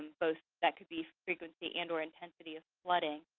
both that could be frequency and or intensity of flooding,